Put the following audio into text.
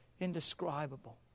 indescribable